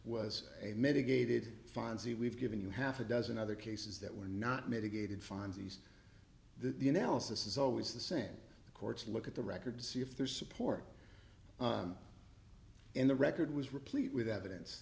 was a mitigated find see we've given you half a dozen other cases that were not mitigated finds these the analysis is always the same the courts look at the record see if there's support and the record was replete with evidence